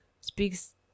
speaks